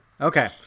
Okay